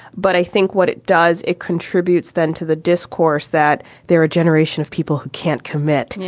but i think what it does, it contributes. then to the discourse that they're a generation of people who can't commit. yeah